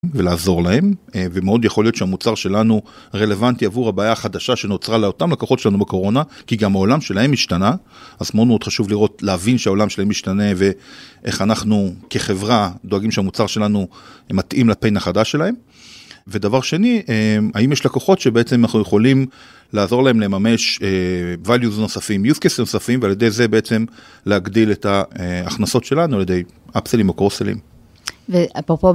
ולעזור להם, ומאוד יכול להיות שהמוצר שלנו רלוונטי עבור הבעיה החדשה שנוצרה לאותם לקוחות שלנו בקורונה, כי גם העולם שלהם השתנה, אז מאוד מאוד חשוב לראות, להבין שהעולם שלהם משתנה, ואיך אנחנו כחברה דואגים שהמוצר שלנו מתאים לפן החדש שלהם. ודבר שני, האם יש לקוחות שבעצם אנחנו יכולים לעזור להן לממש וליוז נוספים, יוז קייס נוספים, ועל ידי זה בעצם להגדיל את ההכנסות שלנו על ידי אפסלים או קורסלים. ואפרופו